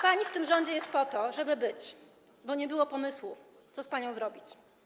Pani w tym rządzie jest po to, żeby być, bo nie było pomysłu, co z panią zrobić.